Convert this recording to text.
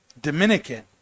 Dominican